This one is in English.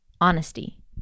honesty